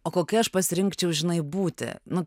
o kokia aš pasirinkčiau žinai būti nu